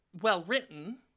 well-written